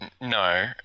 No